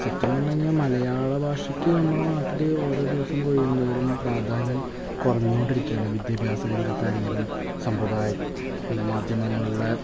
സത്യം പറഞ്ഞു കഴിഞ്ഞാൽ മലയാളഭാഷക്ക് നമ്മുടെ നാട്ടിൽ ഓരോ ദിവസം കഴിയുന്തോറും പ്രാധാന്യം കുറഞ്ഞു കൊണ്ടിരിക്കുകയാണ് വിദാഭ്യാസ രംഗത്തായിരുന്നാലും സമ്പ്രദായം പിന്നെ മാദ്ധ്യമങ്ങളുടെ